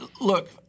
look